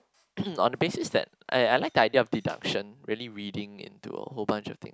on the basis that I I like the idea of deduction really reading into a whole bunch of things